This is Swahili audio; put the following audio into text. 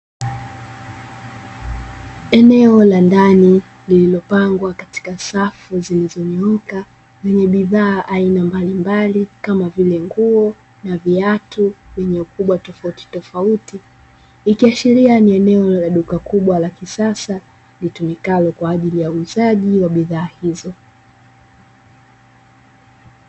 Eneo la ndani lililopangwa katika safu zilizonyooka zenye bidhaa aina mbalimbali kama vile; nguo, viatu vyenye ukubwa tofauti tofauti. Ikiashiria ni eneo la duka kubwa la kisasa litumikalo kwa ajili uuzaji wa bidhaa hizo.